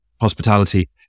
hospitality